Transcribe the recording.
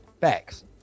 facts